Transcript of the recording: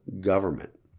government